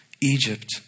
Egypt